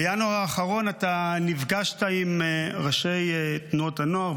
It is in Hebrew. בינואר האחרון אתה נפגשת עם ראשי תנועות הנוער,